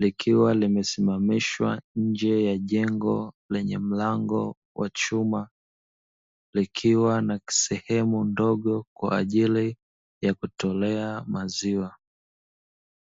likiwa limesimamishwa nje ya jengo lenye mlango wa chuma likiwa na kisehemu ndogo kwa ajili ya kutolea maziwa.